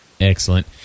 Excellent